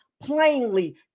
plainly